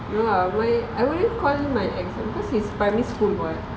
no ah mine I wouldn't call my ex cause he's primary school [what]